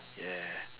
yeah